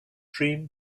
dream